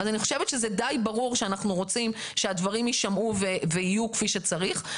אני חושבת שזה די ברור שאנחנו רוצים שהדברים יישמעו ויהיו כפי שצריך.